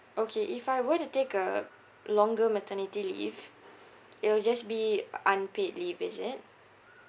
okay if I were to take a longer maternity leave it'll just be unpaid leave is it